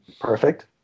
Perfect